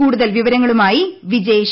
കൂടുതൽ വിവരങ്ങളുമായി വിജേഷ്